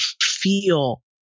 feel